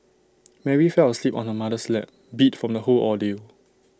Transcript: Mary fell asleep on her mother's lap beat from the whole ordeal